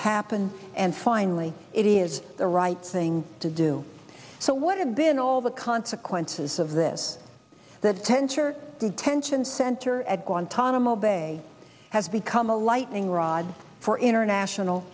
happen and finally it is the right thing to do so what have been all the consequences of this that tenser detention center at guantanamo bay has become a lightning rod for international